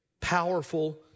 powerful